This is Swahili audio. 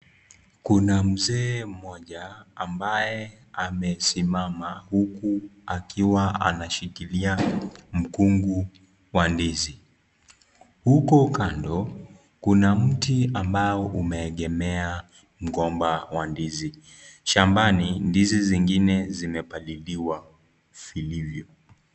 Kuna mzee mmoja ambaye amesimama huku akiwa anashikilia mkungu wa ndizi. Huko kando kuna mti ambao umeegemea mgomba wa ndizi. Shambani ndizi zingine zimepaliliwa zilivyo.